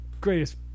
greatest